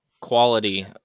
quality